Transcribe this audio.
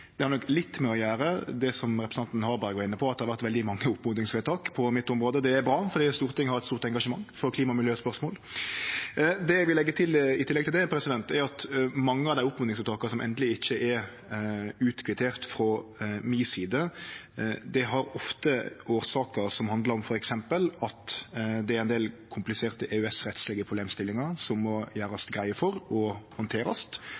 Det har nok litt å gjere med det som representanten Harberg var inne på, at det har vore veldig mange oppmodingsvedtak på mitt område – og det er bra, for Stortinget har eit stort engasjement for klima- og miljøspørsmål. Det eg vil leggje til i tillegg til det, er at mange av dei oppmodingsvedtaka som ikkje er endeleg kvitterte ut frå mi side, ofte har årsaker som handlar om f.eks. at det er ein del kompliserte EØS-rettslege problemstillingar som må gjerast greie for og handterast,